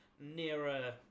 nearer